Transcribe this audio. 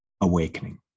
AWAKENING